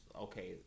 okay